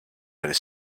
are